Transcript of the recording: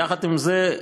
יחד עם זה,